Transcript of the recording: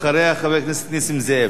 אחריה, חבר הכנסת נסים זאב.